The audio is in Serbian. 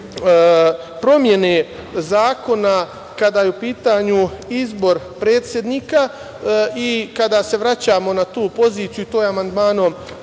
promene zakona kada je u pitanju izbor predsednika i kada se vraćamo na tu poziciju i to je amandmanom